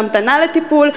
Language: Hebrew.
בהמתנה לטיפול,